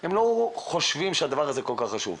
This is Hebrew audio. הם לא חושבים שהדבר הזה כל כך חשוב,